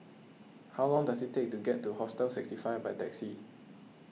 how long does it take to get to Hostel sixty five by taxi